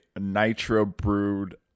nitro-brewed